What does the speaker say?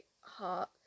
heart